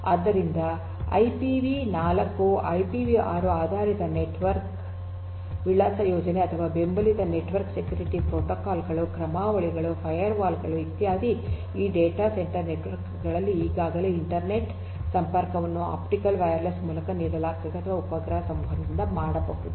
ಆದ್ದರಿಂದ ಐಪಿವಿ 4 ಅಥವಾ ಐಪಿವಿ 6 ಆಧಾರಿತ ನೆಟ್ವರ್ಕ್ ವಿಳಾಸ ಯೋಜನೆ ಅಥವಾ ಬೆಂಬಲಿತ ನೆಟ್ವರ್ಕ್ ಸೆಕ್ಯುರಿಟಿ ಪ್ರೋಟೋಕಾಲ್ ಗಳು ಕ್ರಮಾವಳಿಗಳು ಫೈರ್ವಾಲ್ ಗಳು ಇತ್ಯಾದಿಗಳು ಈ ಡೇಟಾ ಸೆಂಟರ್ ನೆಟ್ವರ್ಕ್ ಗಳಲ್ಲಿ ಈಗಾಗಲೇ ಇಂಟರ್ನೆಟ್ ಸಂಪರ್ಕವನ್ನು ಆಪ್ಟಿಕಲ್ ವೈರ್ಲೆಸ್ ಮೂಲಕ ನೀಡಲಾಗುತ್ತದೆ ಅಥವಾ ಉಪಗ್ರಹ ಸಂವಹನದಿಂದ ಮಾಡಬಹುದು